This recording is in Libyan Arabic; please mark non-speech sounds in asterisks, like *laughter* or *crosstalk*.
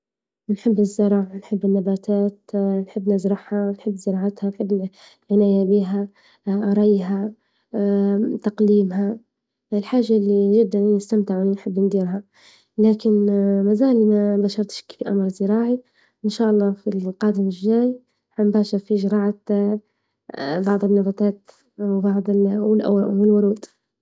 بنحب الزرع ونحب النباتات نحب نزرعها ونحب زراعتها ونحب العناية بيها ريها، تقليمها الحاجة اللي نجدر نستمتع ونحب نديرها، لكن ما زال مباشرتش كي عمل زراعي، إن شاء الله في القادم الجاي هنباشر في زراعة *hesitation* بعض النباتات وبعض ال والأو والورود.